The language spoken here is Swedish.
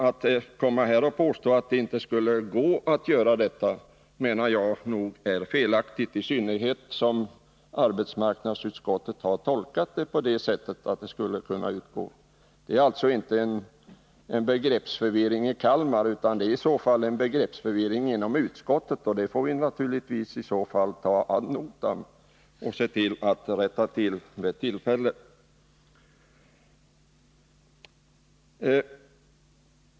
Att då komma här och påstå att det inte skulle gå att använda anslaget på det sättet menar jag nog är felaktigt, i synnerhet som arbetsmarknadsutskottet har tolkat det så att bidrag skulle kunna utgå. Det är alltså inte en begreppsförvirring i Kalmar utan snarare en begreppsförvirring inom utskottet som det är fråga om. Det får vi naturligtvis i så fall ta ad notam — och rätta till vid tillfälle.